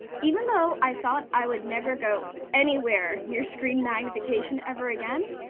even though i thought i would never go anywhere near screen magnification ever again,